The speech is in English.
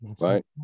right